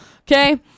Okay